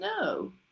No